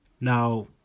Now